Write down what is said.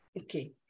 Okay